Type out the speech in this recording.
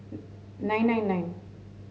nine nine nine